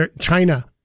China